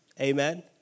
Amen